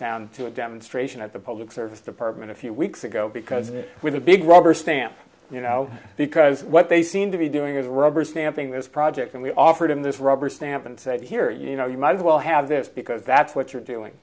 down to a demonstration at the public service department a few weeks ago because of it with a big rubber stamp you know because what they seem to be doing is rubber stamping this project and we offered him this rubber stamp and said here you know you might as well have this because that's what you're doing